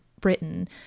Britain